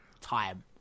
time